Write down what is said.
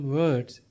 words